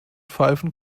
pfeifen